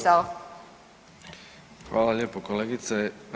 Hvala lijepo kolegice.